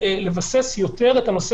הוא עבר באור אדום כי הוא מצפצף על החוק,